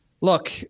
look